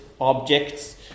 objects